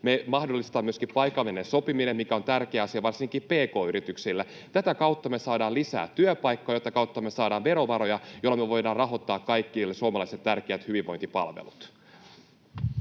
Me mahdollistetaan myöskin paikallinen sopiminen, mikä on tärkeä asia varsinkin pk-yrityksille. Tätä kautta me saadaan lisää työpaikkoja, jota kautta me saadaan verovaroja, joilla me voidaan rahoittaa kaikille suomalaisille tärkeät hyvinvointipalvelut.